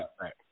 right